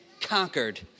conquered